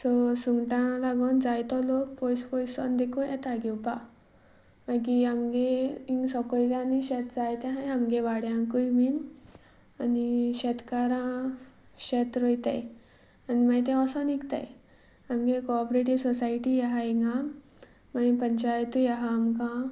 so सुंगटां लागून जायतो लोक पयस पयस सावन देखून येता घेवपाक मागीर आमच्या हांगा सकयल्यान शेत जायते आसा आमच्या वाड्यांकूय बीन आनी शेतकारां शेत रोयतात आनी मागीर तें वचून विकतात आमचें कोपरेटीव सोसायटी आसा हांगा मागीर पंचायतूय आसा आमकां